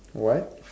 what